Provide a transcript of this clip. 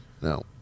No